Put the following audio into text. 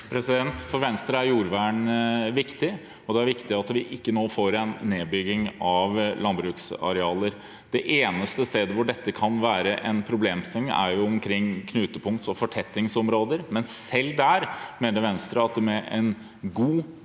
For Venstre er jord- vern viktig, og det er viktig at vi nå ikke får en nedbygging av landbruksarealer. Det eneste stedet hvor dette kan være en problemstilling, er omkring knutepunkts- og fortettingsområder, men selv der mener Venstre at med en god